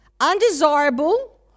undesirable